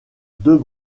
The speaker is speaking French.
deux